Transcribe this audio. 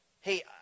Hey